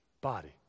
body